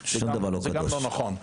היחידי, זה גם לא נכון.